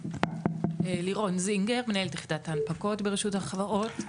לירון זינגר, מנהלת יחידת ההנפקות ברשות החברות.